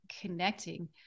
connecting